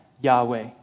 Yahweh